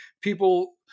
People